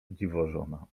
dziwożona